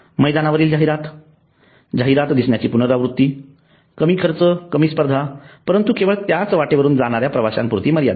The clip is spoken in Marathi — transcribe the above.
मैदानावरील जाहिरात जाहिरात दिसण्याची पुनरावृत्ती कमी खर्च कमी स्पर्धा परंतु केवळ त्या वाटेवरून जाणाऱ्या प्रवाश्यांपुरती मर्यादित